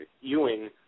Ewing